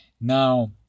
now